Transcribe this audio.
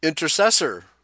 intercessor